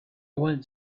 went